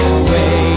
away